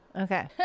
Okay